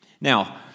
Now